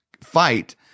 fight